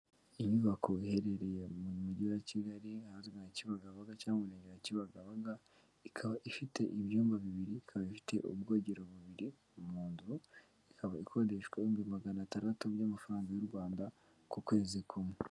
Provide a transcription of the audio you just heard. Inyubako iherereye mu Mujyi wa Kigali ahazwi nka Kibagabaga cyangwa mu Murenge wa Kibagabaga, ikaba ifite ibyumba bibiri, ikaba bifite ubwogero bubiri buri mu nzu, ikaba ikodeshwa ibihumbi magana atandatu by'amafaranga y'u Rwanda ku kwezi kumwe.